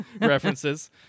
references